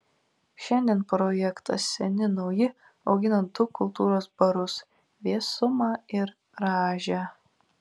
šiandien projektas seni nauji augina du kultūros barus vėsumą ir rąžę